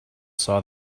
saw